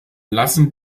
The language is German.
lassen